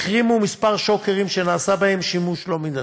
החרימו כמה שוקרים שנעשה בהם שימוש לא מידתי,